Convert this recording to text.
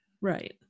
right